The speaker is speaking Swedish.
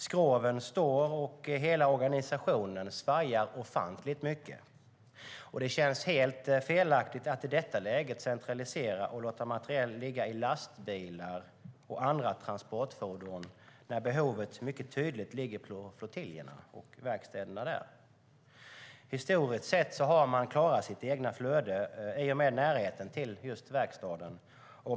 Skroven står, och hela organisationen svajar ofantligt mycket. Det känns helt felaktigt att i detta läge centralisera och låta materielen ligga i lastbilar och andra transportfordon när behovet mycket tydligt ligger hos flottiljerna och verkstäderna där. Historiskt sett har man klarat sitt eget flöde i och med närheten till verkstaden.